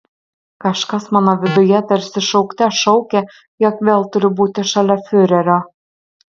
kažkas mano viduje tarsi šaukte šaukė jog vėl turiu būti šalia fiurerio